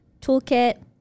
toolkit